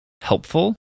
helpful